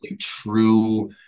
true